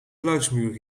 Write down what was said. geluidsmuur